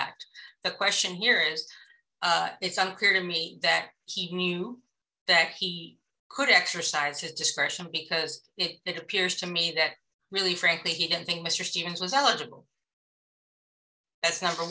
act the question here is it's unclear to me that he knew that he could exercise his discretion because it appears to me that really frankly he didn't think mr stevens was eligible that's number